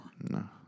No